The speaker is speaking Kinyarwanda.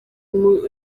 uyu